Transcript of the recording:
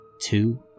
two